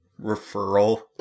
Referral